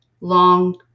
long